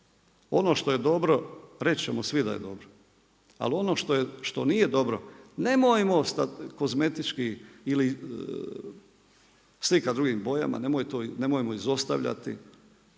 Ono što je dobro reći ćemo svi da je dobro. Ali ono što nije dobro nemojmo kozmetički ili slikati drugim bojama, nemojmo izostavljati,